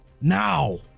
Now